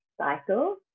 cycle